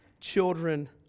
children